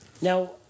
Now